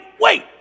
wait